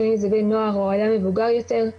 לא משנה אם זה בן נוער או אדם מבוגר יותר,